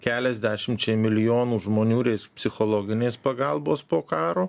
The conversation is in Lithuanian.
kelias dešimčiai milijonų žmonių psichologinės pagalbos po karo